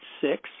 six